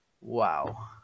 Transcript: Wow